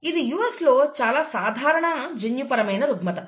ఇది US లో చాలా సాధారణ జన్యుపరమైన రుగ్మత